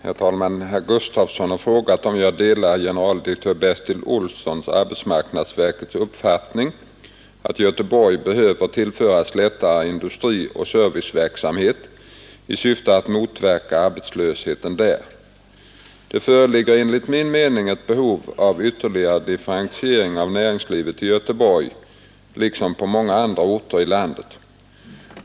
Herr talman! Herr Gustafson i Göteborg har frågat om jag delar generaldirektör Bertil Olssons, arbetsmarknadsverket, uppfattning att Göteborg behöver tillföras lättare industri och serviceverksamhet i syfte att motverka arbetslösheten där. Det föreligger enligt min mening ett behov av ytterligare differentiering av näringslivet i Göteborg liksom på många andra orter i landet.